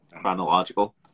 chronological